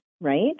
right